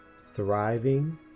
thriving